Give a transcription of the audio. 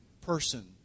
person